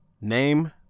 name